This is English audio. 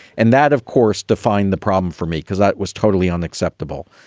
and that, of course, defined the problem for me because i was totally unacceptable.